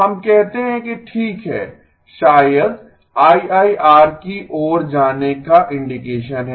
हम कहते हैं कि ठीक है शायद आईआईआर की ओर जाने का इंडिकेशन है